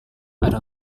ada